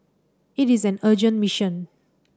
it is an urgent mission